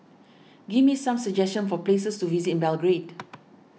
give me some suggestions for places to visit in Belgrade